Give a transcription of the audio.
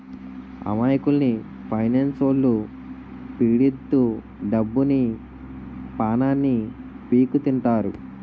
అమాయకుల్ని ఫైనాన్స్లొల్లు పీడిత్తు డబ్బుని, పానాన్ని పీక్కుతింటారు